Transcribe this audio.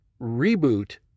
reboot